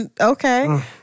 okay